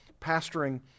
pastoring